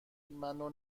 منو